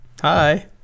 Hi